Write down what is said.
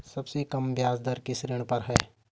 सबसे कम ब्याज दर किस ऋण पर है?